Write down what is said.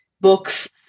books